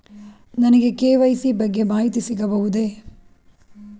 ನನಗೆ ಕೆ.ವೈ.ಸಿ ಬಗ್ಗೆ ಮಾಹಿತಿ ಸಿಗಬಹುದೇ?